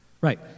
Right